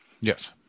yes